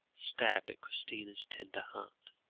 stabbed at christina's tender heart.